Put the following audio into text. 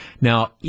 Now